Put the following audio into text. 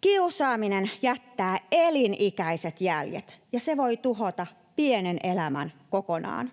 Kiusaaminen jättää elinikäiset jäljet, ja se voi tuhota pienen elämän kokonaan.